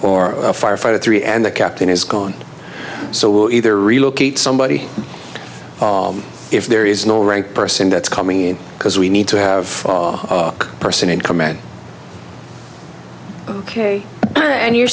or a firefighter three and the captain is gone so will either relocate somebody if there is no right person that's coming in because we need to have a person in command ok and you're